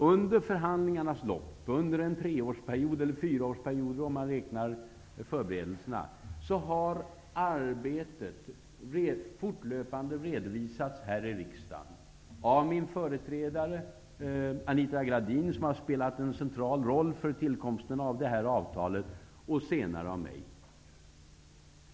Under förhandlingarnas lopp -- under en treårsperiod, eller en fyraårsperiod om man räknar in förberedelserna -- har arbetet fortlöpande redovisats här i riksdagen av min företrädare Anita Gradin, som har spelat en central roll för tillkomsten av detta avtal, och senare av mig.